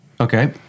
Okay